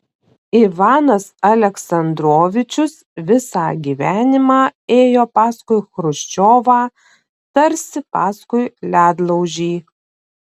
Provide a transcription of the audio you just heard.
ivanas aleksandrovičius visą gyvenimą ėjo paskui chruščiovą tarsi paskui ledlaužį